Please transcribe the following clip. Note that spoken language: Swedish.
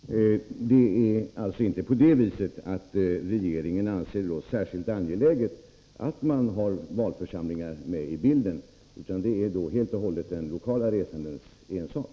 Herr talman! Det är alltså inte på det viset att regeringen anser det särskilt angeläget att man har valförsamlingar med i bilden, utan det är då helt och hållet den lokala resandens ensak.